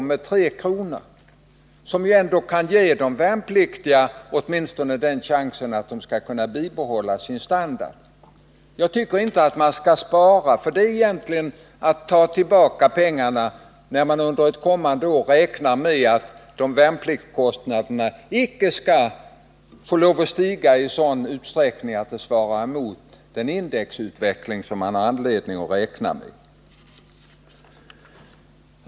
som vi föreslår och som ju ändå kan ge de värnpliktiga chansen att bibehålla sin standard. Jag tycker inte att man skall spara på det här området. Det är att ta tillbaka pengar när värnpliktigas kostnader under ett kommande år icke man räknar med att de skall få stiga i sådan utsträckning att det svarar mot den indexutveckling som det finns anledning att räkna med.